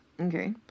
Okay